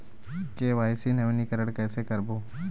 KYC नवीनीकरण कैसे करबो?